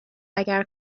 اگر